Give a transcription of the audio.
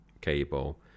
cable